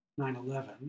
9-11